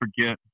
forget